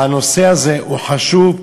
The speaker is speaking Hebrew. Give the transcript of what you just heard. הנושא הזה הוא חשוב,